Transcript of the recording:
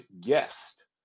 guest